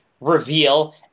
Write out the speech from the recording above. reveal